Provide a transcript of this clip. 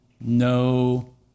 no